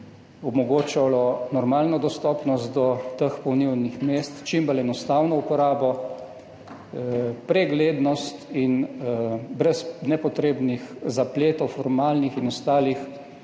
omogočalo normalno dostopnost do teh polnilnih mest, čim bolj enostavno uporabo, preglednost, brez nepotrebnih formalnih in ostalih